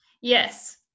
Yes